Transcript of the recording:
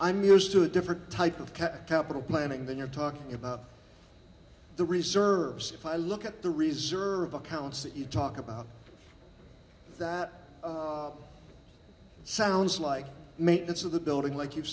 yours to a different type of cap capital planning than you're talking about the reserves if i look at the reserve accounts that you talk about that sounds like maintenance of the building like you've